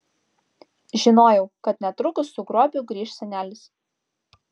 žinojau kad netrukus su grobiu grįš senelis